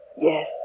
Yes